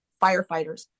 firefighters